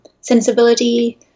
sensibility